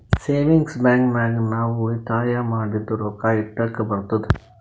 savings bank ನಾಗ್ ನಾವ್ ಉಳಿತಾಯ ಮಾಡಿದು ರೊಕ್ಕಾ ಇಡ್ಲಕ್ ಬರ್ತುದ್